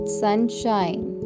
sunshine